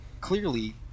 clearly